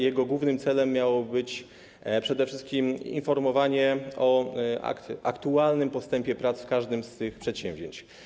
Jego głównym celem miało być przede wszystkim informowanie o aktualnym postępie prac w każdym z tych przedsięwzięć.